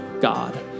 god